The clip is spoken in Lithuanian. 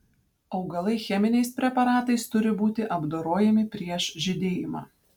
augalai cheminiais preparatais turi būti apdorojami prieš žydėjimą